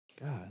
God